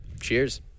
Cheers